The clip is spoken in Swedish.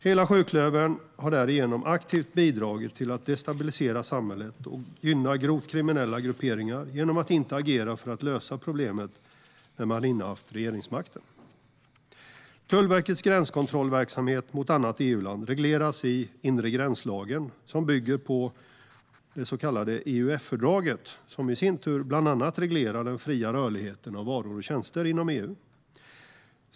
Hela sjuklövern har därigenom aktivt bidragit till att destabilisera samhället och gynna grovt kriminella grupperingar genom att inte agera för att lösa problemet när man innehaft regeringsmakten. Tullverkets gränskontrollverksamhet mot annat EU-land regleras i inregränslagen, som bygger på det så kallade EUF-fördraget, som i sin tur bland annat reglerar den fria rörligheten av varor och tjänster inom EU.